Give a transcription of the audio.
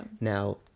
Now